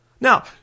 Now